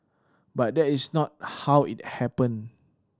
but that is not how it happened